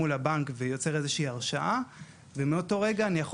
לשלוש קבוצות עיקריות: הראשונה היא שמירה